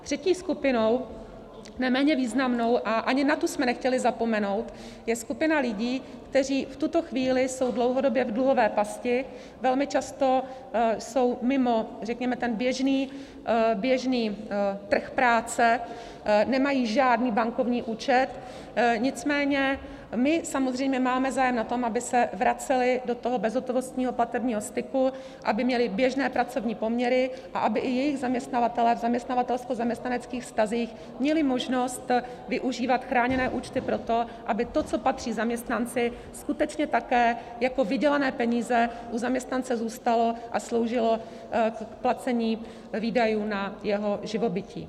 Třetí skupinou, neméně významnou, a ani na tu jsme nechtěli zapomenout, je skupina lidí, kteří v tuto chvíli jsou dlouhodobě v dluhové pasti, velmi často jsou mimo, řekněme, ten běžný trh práce, nemají žádný bankovní účet, nicméně my samozřejmě máme zájem na tom, aby se vraceli do toho bezhotovostního platebního styku, aby měli běžné pracovní poměry a aby i jejich zaměstnavatelé v zaměstnavatelskozaměstnaneckých vztazích měli možnost využívat chráněné účty proto, aby to, co patří zaměstnanci, skutečně také jako vydělané peníze u zaměstnance zůstalo a sloužilo k placení výdajů na jeho živobytí.